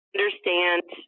understand